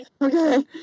okay